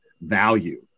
value